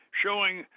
showing